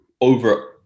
over